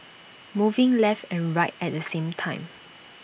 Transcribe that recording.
moving left and right at the same time